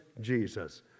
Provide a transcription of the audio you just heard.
Jesus